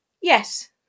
Yes